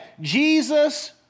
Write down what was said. Jesus